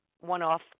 one-off